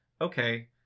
okay